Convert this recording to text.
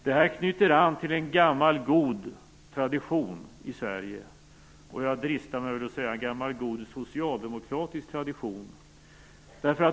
Detta knyter an till gammal god tradition i Sverige - och, dristar jag mig att säga, till gammal god socialdemokratisk tradition.